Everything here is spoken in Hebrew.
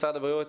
משרד הבריאות,